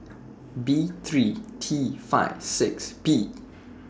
B three T five six P